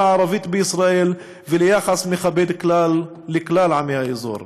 הערבית בישראל וליחס מכבד לכלל עמי האזור.